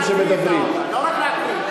אבל אני הקראתי אותה כלשונה, לא, לנמק.